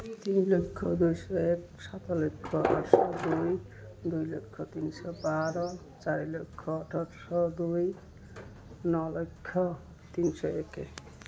ତିନି ଲକ୍ଷ ଦୁଇଶହ ଏକ ସାତ ଲକ୍ଷ ଆଠଶହ ଦୁଇ ଦୁଇ ଲକ୍ଷ ତିନିଶହ ବାର ଚାରି ଲକ୍ଷ ଅଠରଶହ ଦୁଇ ନଅ ଲକ୍ଷ ତିନିଶହ ଏକ